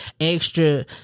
extra